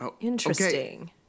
Interesting